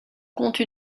compte